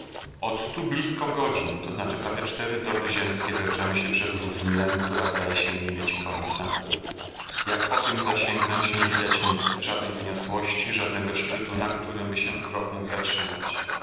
od stu blizko godzin to znaczy prawie cztery doby ziemskie wleczemy się przez równinę która zdaje się nie mieć końca jak okiem zasięgnąć nie widać nic żadnej wyniosłości żadnego szczytu na którymby się wzrok mógł zatrzymać